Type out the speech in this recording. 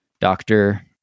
doctor